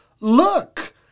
look